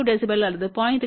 2 dB அல்லது 0